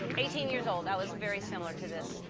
eighteen years old, i was very similar to this.